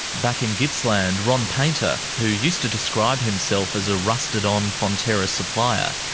back in gippsland, ron paynter, who used to describe himself as a rusted-on fonterra supplier,